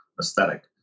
aesthetic